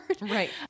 Right